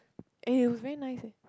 eh it was very nice eh